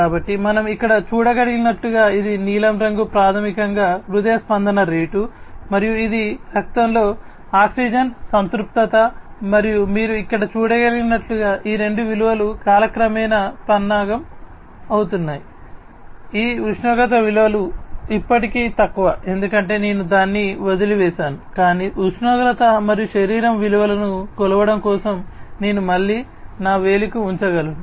కాబట్టి మనం ఇక్కడ చూడగలిగినట్లుగా ఇది నీలం రంగు ప్రాథమికంగా హృదయ స్పందన రేటు మరియు ఇది రక్తంలో ఆక్సిజన్ సంతృప్తత మరియు మీరు ఇక్కడ చూడగలిగినట్లుగా ఈ రెండు విలువలు కాలక్రమేణా పన్నాగం అవుతున్నాయి ఈ ఉష్ణోగ్రత విలువ ఇప్పటికీ తక్కువ ఎందుకంటే నేను దాన్ని వదిలివేసాను కాని ఉష్ణోగ్రత మరియు శరీర విలువలను కొలవడం కోసం నేను మళ్ళీ నా వేలికి ఉంచగలను